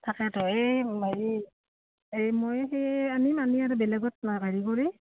তাকেতো এই হেৰি এই মই সেই আনিম আনি আৰু বেলেগত ন হেৰি কৰি